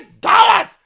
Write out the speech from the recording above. dollars